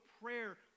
prayer